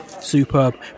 superb